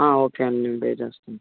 okay అండి నేను pay చేస్తాను